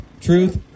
Truth